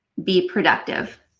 be productive.